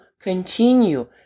Continue